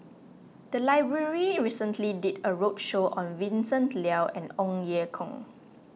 the library recently did a roadshow on Vincent Leow and Ong Ye Kung